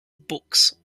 books